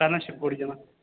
पैह्ले शिवखोड़ी जाना